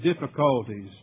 difficulties